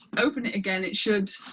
open it again, it should.